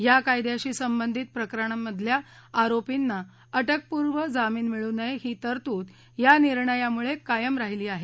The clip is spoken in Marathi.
या कायद्याशी संबंधित प्रकरणांमधल्या आरोपींना अटकपूर्व जामीन मिळू नये ही तरतूद या निर्णयामुळे कायम राहिली आहे